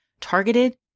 targeted